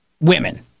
women